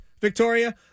Victoria